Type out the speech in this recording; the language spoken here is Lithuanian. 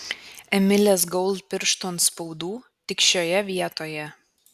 emilės gold pirštų atspaudų tik šioje vietoje